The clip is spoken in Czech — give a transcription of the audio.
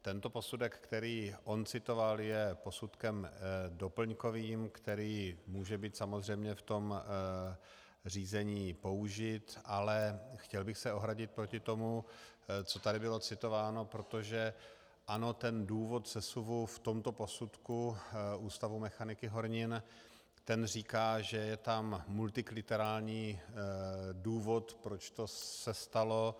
Tento posudek, který citoval, je posudkem doplňkovým, který může být samozřejmě v řízení použit, ale chtěl bych se ohradit proti tomu, co tady bylo citováno, protože důvod sesuvu v tomto posudku Ústavu mechaniky hornin říká, že je tam multikriteriální důvod, proč se to stalo.